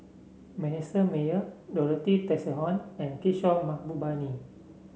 Manasseh Meyer Dorothy Tessensohn and Kishore Mahbubani